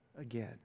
again